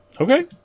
Okay